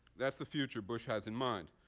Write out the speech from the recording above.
that's the future bush has in mind.